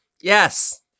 Yes